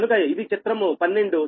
కనుక ఇది చిత్రము 12